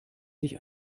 sich